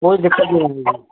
कोई दिक़्क़त नहीं होगी